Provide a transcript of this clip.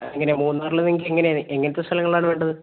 എങ്ങനെയാണ് മൂന്നാറിൽ നിങ്ങൾക്ക് എങ്ങനെയാണ് എങ്ങനത്തെ സ്ഥലങ്ങളാണ് വേണ്ടത്